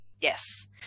Yes